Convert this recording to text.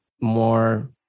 more